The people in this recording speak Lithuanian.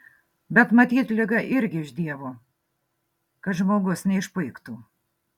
bet matyt liga irgi iš dievo kad žmogus neišpuiktų